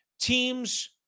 teams